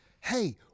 hey